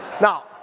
Now